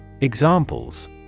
Examples